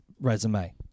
resume